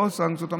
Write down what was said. ובעוד סנקציות.